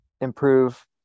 improve